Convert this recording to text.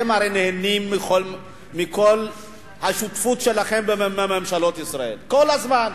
הרי אתם נהנים מכל השותפות שלכם בממשלות ישראל כל הזמן.